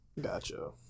Gotcha